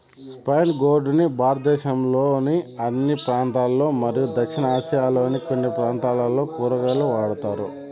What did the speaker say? spiny gourd ని భారతదేశంలోని అన్ని ప్రాంతాలలో మరియు దక్షిణ ఆసియాలోని కొన్ని ప్రాంతాలలో కూరగాయగా వాడుతారు